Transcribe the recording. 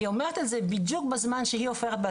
היא אומרת את זה בדיוק בזמן שהיא הופכת להיות